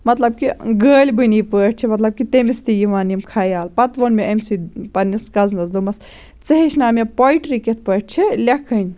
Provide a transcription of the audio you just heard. مطلب کہِ غٲلبٕنی پٲٹھۍ چھِ مطلب کہِ تٔمِس تہِ یِوان یِم خیال پَتہٕ ووٚن مےٚ امہِ سۭتۍ پَنٛنِس کَزنَس دوٚپمَس ژٕ ہیٚچھناو مےٚ پۄیٹری کِتھ پٲٹھۍ چھِ لٮ۪کھٕنۍ